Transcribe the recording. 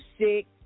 sick